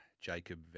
Jacob